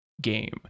game